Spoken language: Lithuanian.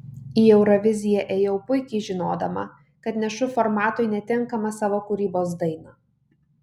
į euroviziją ėjau puikiai žinodama kad nešu formatui netinkamą savo kūrybos dainą